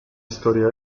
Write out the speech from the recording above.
historia